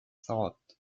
thought